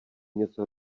něco